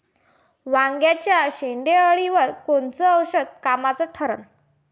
वांग्याच्या शेंडेअळीवर कोनचं औषध कामाचं ठरन?